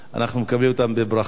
אנחנו מקבלים אותם בברכה.